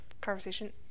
conversation